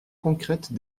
concrètes